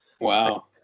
Wow